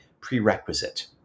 prerequisite